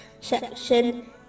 section